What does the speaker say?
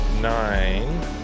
nine